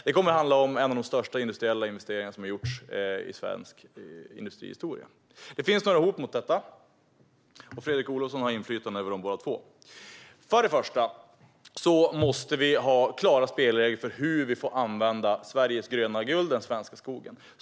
Det kommer att handla om en av de största industriella investeringar som gjorts i svensk industrihistoria. Det finns några hot mot detta, och Fredrik Olovsson har inflytande över dem. För det första måste vi ha klara spelregler för hur vi får använda Sveriges gröna guld, den svenska skogen.